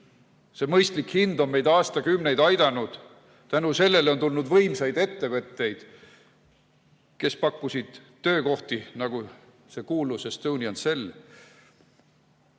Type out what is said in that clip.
See mõistlik hind on meid aastakümneid aidanud. Tänu sellele on tulnud võimsaid ettevõtteid, kes pakkusid töökohti, nagu kuulus Estonian Cell.